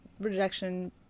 rejection